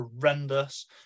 horrendous